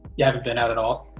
you haven't been out at all?